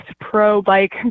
pro-bike